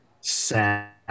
sad